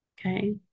okay